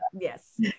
Yes